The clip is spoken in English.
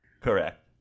Correct